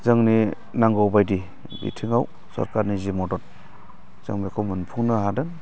जोंनि नांगौ बायदि बिथिंआव सरखारनि जि मदद जों बेखौ मोनफुंनो हादों